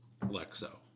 Lexo